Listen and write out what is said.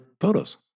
photos